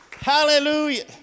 Hallelujah